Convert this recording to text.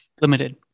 Limited